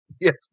Yes